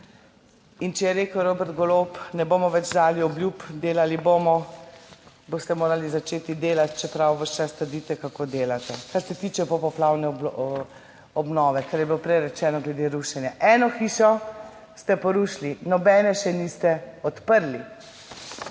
In če je rekel Robert Golob, ne bomo več dali obljub, delali bomo, boste morali začeti delati, čeprav ves čas trdite, kako delate. Kar se tiče popoplavne obnove, kar je bilo prej rečeno glede rušenja, eno hišo ste porušili, nobene še niste odprli.